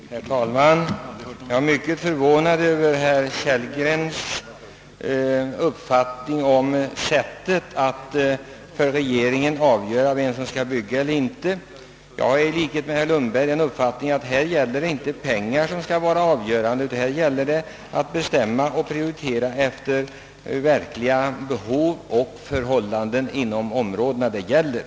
Herr talman! Jag är mycket förvånad över herr Kellgrens sätt att plädera för regeringens förslag om vem som skall bygga och vem som inte skall bygga. Jag hyser i likhet med herr Lundberg den meningen, att härvidlag skall inte pengarna vara avgörande, utan det gäller att bestämma och prioritera efter verkliga behov och förhållanden inom ifrågavarande områden.